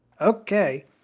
Okay